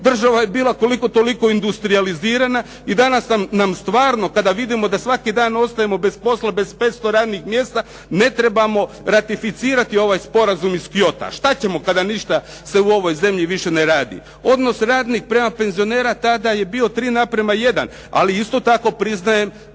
Država je bila koliko toliko industrijalizirana i danas nam stvarno kada vidimo da svaki dan ostajemo bez posla, bez 500 radnih mjesta ne trebamo ratificirati ovaj sporazum iz …/Govornik se ne razumije./… šta ćemo kada ništa se u ovoj zemlji više ne radi. Odnos radnika prema penzionerima tada je bio 3:1, ali isto tako priznajem